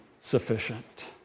sufficient